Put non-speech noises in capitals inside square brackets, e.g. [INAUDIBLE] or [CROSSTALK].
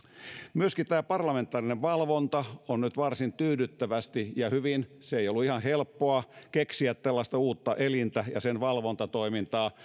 myöskin tämä parlamentaarinen valvonta on nyt varsin tyydyttävästi ja hyvin ratkaistu ei ollut ihan helppoa keksiä tällaista uutta elintä ja sen valvontatoimintaa [UNINTELLIGIBLE]